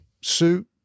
suit